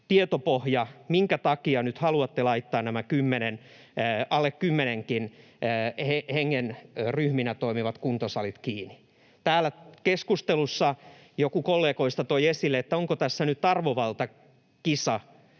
tietopohja, minkä takia nyt haluatte laittaa nämä alle kymmenenkin hengen ryhmien kuntosalit kiinni. Täällä keskustelussa joku kollegoista toi esille, että onko tässä nyt arvovaltakisa